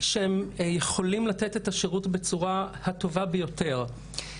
שיכולים לתת את השירות בצורה הטובה ביותר.